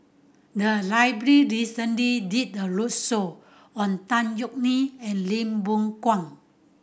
the library recently did a roadshow on Tan Yeok Nee and Lim Boon Kwang